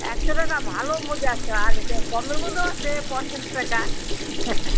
একশো টাকা ভালো মোজা আছে আর কমের মধ্যেও আছে পঞ্চাশ টাকা